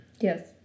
Yes